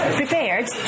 prepared